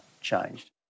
changed